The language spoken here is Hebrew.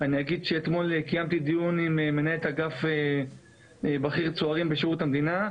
אני אגיד שאתמול קיימתי דיון עם מנהלת אגף בכיר צוערים בשירות המדינה,